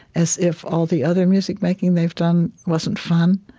as if all the other music-making they've done wasn't fun.